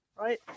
right